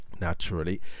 naturally